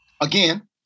again